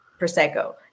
Prosecco